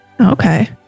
okay